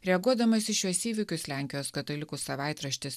reaguodamas į šiuos įvykius lenkijos katalikų savaitraštis